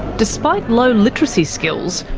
despite low literacy skills,